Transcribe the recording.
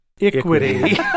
Equity